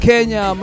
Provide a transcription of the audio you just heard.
Kenya